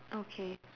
okay